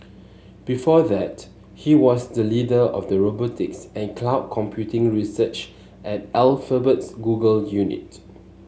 before that he was the leader of the robotics and cloud computing research at Alphabet's Google unit